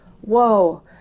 whoa